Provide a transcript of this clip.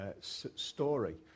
story